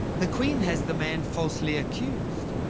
the queen has the man falsely accused.